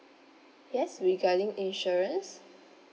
yes regarding insurance